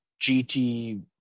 gt